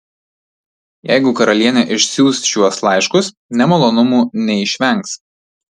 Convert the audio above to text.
jeigu karalienė išsiųs šiuos laiškus nemalonumų neišvengs